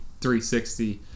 360